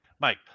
Mike